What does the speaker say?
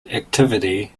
activity